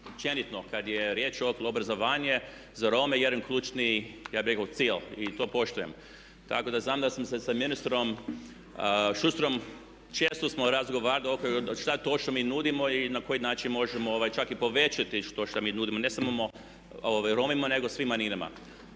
ja bih rekao …/Govornik se ne razumije./… i to poštujem. Tako da znam da sam se sa ministrom Šustarom, često smo razgovarali što točno mi nudimo i na koji način možemo čak i povećati to šta mi nudimo, ne samo Romima nego svim manjinama.